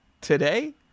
today